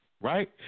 right